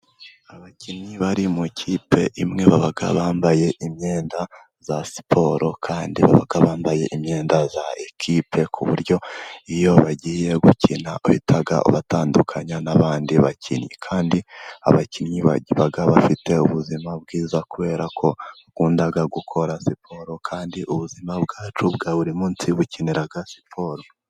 Abakinnyi bari mu ikipe imwe baba bambaye imyenda ya siporo, kandi bambaye imyenda y'ikipe ku buryo iyo bagiye gukina, uhita ubatandukanya n'abandi bakinnyi. Kandi abakinnyi baba bafite ubuzima bwiza, kubera ko bakunda gukora siporo, kandi ubuzima bwacu bwa buri munsi bukenera siporo.